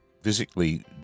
physically